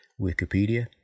wikipedia